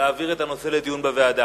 להעביר את הנושא לדיון בוועדה.